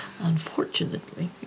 Unfortunately